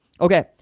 Okay